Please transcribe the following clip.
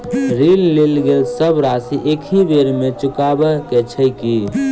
ऋण लेल गेल सब राशि एकहि बेर मे चुकाबऽ केँ छै की?